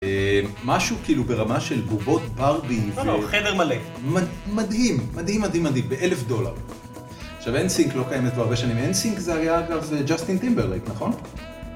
משהו כאילו ברמה של בובות בארבי לא לא חדר מלא מדהים מדהים מדהים מדהים באלף דולר עכשיו אינסינק לא קיימת בו הרבה שנים אינסינק זה היה אגב ג'וסטין טימבר רייט נכון?